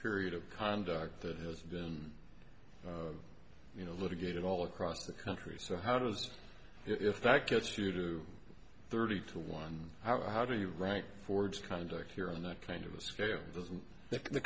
period of conduct that has been you know litigated all across the country so how does if that gets you to thirty to one how do you rank forbes kind of here in that kind of a scale doesn't th